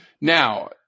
Now